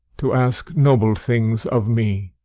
to ask noble things of me,